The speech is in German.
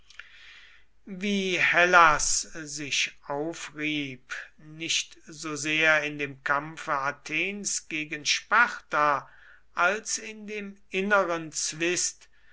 wie hellas sich aufrieb nicht so sehr in dem kampfe athens gegen sparta als in dem inneren zwist